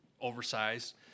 oversized